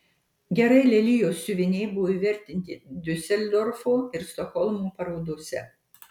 gerai lelijos siuviniai buvo įvertinti diuseldorfo ir stokholmo parodose